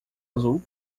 azul